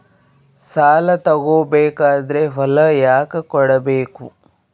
ಸಾಲ ತಗೋ ಬೇಕಾದ್ರೆ ಹೊಲ ಯಾಕ ಕೊಡಬೇಕು?